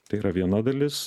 tai yra viena dalis